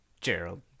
Gerald